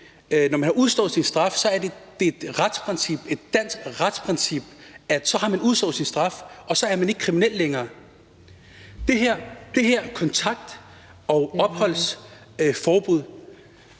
når man har udstået sin straf, er det et dansk retsprincip, at så har man udstået sin straf, og så er man ikke kriminel længere. Det her kontakt- og opholdsforbud